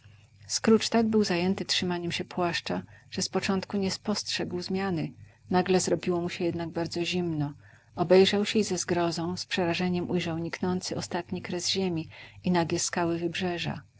scrooge tak był zajęty trzymaniem się płaszcza że z początku nie spostrzegł zmiany nagle zrobiło mu się jednak bardzo zimno obejrzał się i ze zgrozą z przerażeniem ujrzał niknący ostatni kres ziemi i nagie skały wybrzeża